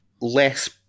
less